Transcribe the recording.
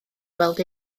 weld